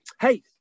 Hey